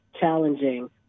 challenging